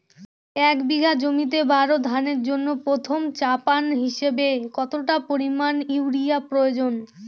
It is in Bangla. এক বিঘা জমিতে বোরো ধানের জন্য প্রথম চাপান হিসাবে কতটা পরিমাণ ইউরিয়া প্রয়োজন?